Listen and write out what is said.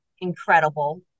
incredible